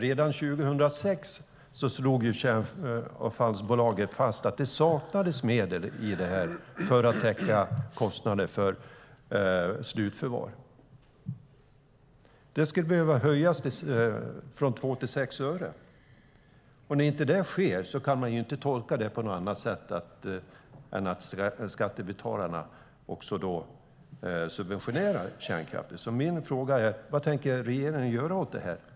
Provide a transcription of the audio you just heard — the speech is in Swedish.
Redan 2006 slog kärnavfallsbolaget fast att det saknades medel för att täcka kostnader för slutförvar. Det skulle behöva göras en höjning från 2 till 6 öre. Om det inte sker kan man inte tolka det på något annat sätt än att skattebetalarna också subventionerar kärnkraften. Min fråga är därför: Vad tänker regeringen göra åt detta?